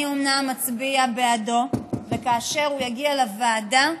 אומנם אצביע בעדו, וכאשר הוא יגיע לוועדה,